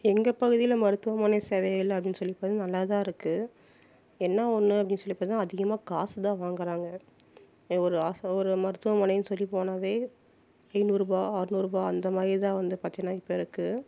எங்கள் பகுதியில் மருத்துவமனை சேவைகள் அப்படினு சொல்லி பார்த்தா நல்லா தான் இருக்குது என்ன ஒன்று அப்படி சொல்லி பார்த்தா அதிகமாக காசு தான் வாங்குகிறாங்க ஒரு ஹாஸ் ஒரு மருத்துவமனைனு சொல்லி போனால் ஐந்நூறுரூபா ஆறு நூறுரூபா அந்த மாதிரி தான் வந்து பார்த்தினா இப்போ இருக்குது